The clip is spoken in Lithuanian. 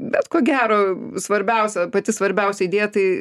bet ko gero svarbiausia pati svarbiausia idėja tai